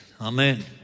Amen